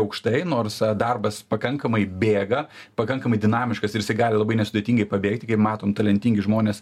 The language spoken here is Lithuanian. aukštai nors darbas pakankamai bėga pakankamai dinamiškas ir jisai gali labai nesudėtingai pabėgti kaip matom talentingi žmonės